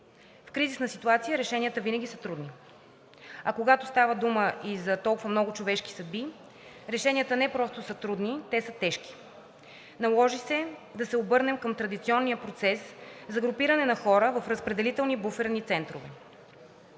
В кризисна ситуация решенията винаги са трудни, а когато става дума и за толкова много човешки съдби, решенията не просто са трудни, те са тежки. Наложи се да се обърнем към традиционния процес за групиране на хора в разпределителни буферни центрове.